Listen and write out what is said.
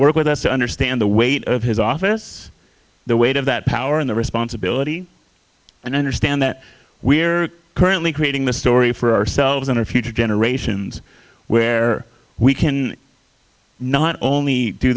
work with us to understand the weight of his office the weight of that power and the responsibility and understand that we are currently creating the story for ourselves in our future generations where we can not only do